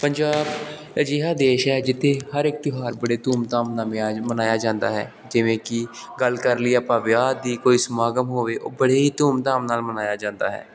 ਪੰਜਾਬ ਅਜਿਹਾ ਦੇਸ਼ ਹੈ ਜਿੱਥੇ ਹਰ ਇੱਕ ਤਿਉਹਾਰ ਬੜੇ ਧੂਮ ਧਾਮ ਨਾਲ ਮਿਆਜ ਮਨਾਇਆ ਜਾਂਦਾ ਹੈ ਜਿਵੇਂ ਕਿ ਗੱਲ ਕਰ ਲਈਏ ਆਪਾਂ ਵਿਆਹ ਦੀ ਕੋਈ ਸਮਾਗਮ ਹੋਵੇ ਉਹ ਬੜੇ ਹੀ ਧੂਮ ਧਾਮ ਨਾਲ ਮਨਾਇਆ ਜਾਂਦਾ ਹੈ